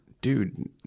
dude